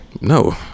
No